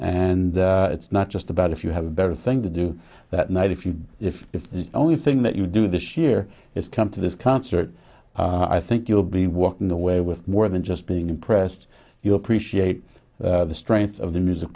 and it's not just about if you have a better thing to do that night if you do if if the only thing that you do this year is come to this concert i think you will be walking away with more than just being impressed you appreciate the strength of the music